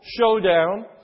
showdown